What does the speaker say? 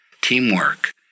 Teamwork